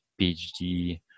PhD